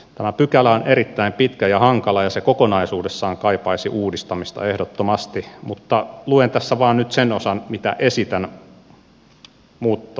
tämä pykälä on erittäin pitkä ja hankala ja se kokonaisuudessaan kaipaisi uudistamista ehdottomasti mutta luen tässä nyt vain sen osan mitä esitän muutettavaksi